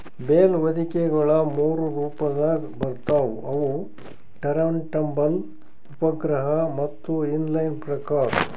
bale ಹೊದಿಕೆಗೊಳ ಮೂರು ರೊಪದಾಗ್ ಬರ್ತವ್ ಅವು ಟರಂಟಬಲ್, ಉಪಗ್ರಹ ಮತ್ತ ಇನ್ ಲೈನ್ ಪ್ರಕಾರ್